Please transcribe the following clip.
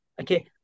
okay